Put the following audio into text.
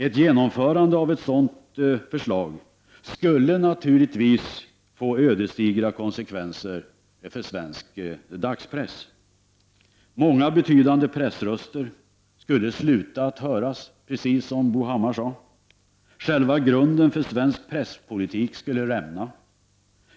Ett genomförande av ett så dant förslag skulle naturligtvis få ödesdigra konsekvenser för svensk dagspress. Många betydande pressröster skulle sluta att höras, precis som Bo Hammar sade. Själva grunden för svensk presspolitik skulle rämna.